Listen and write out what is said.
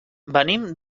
venim